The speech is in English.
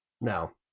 No